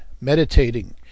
meditating